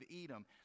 Edom